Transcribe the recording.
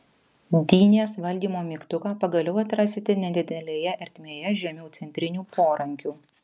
dynės valdymo mygtuką pagaliau atrasite nedidelėje ertmėje žemiau centrinių porankių